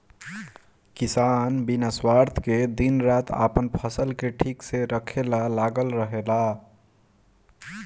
किसान बिना स्वार्थ के दिन रात आपन फसल के ठीक से रखे ला लागल रहेला